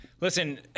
listen